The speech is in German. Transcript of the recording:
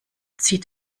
zieht